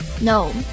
No